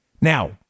Now